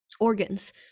organs